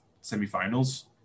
semi-finals